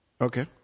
Okay